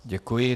Děkuji.